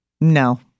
No